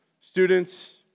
Students